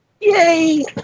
Yay